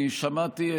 ביוני,